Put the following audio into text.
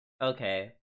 okay